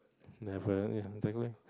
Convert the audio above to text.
never in that way